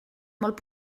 molt